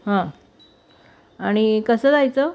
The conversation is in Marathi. हां आणि कसं जायचं